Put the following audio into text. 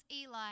Eli